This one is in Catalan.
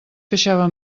queixava